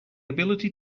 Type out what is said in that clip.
ability